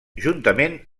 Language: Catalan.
juntament